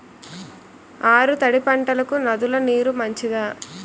ఆరు తడి పంటలకు నదుల నీరు మంచిదా?